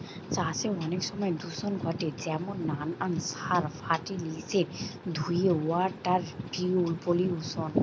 চাষে অনেক সময় দূষণ ঘটে যেমন নানান সার, ফার্টিলিসের ধুয়ে ওয়াটার পলিউশন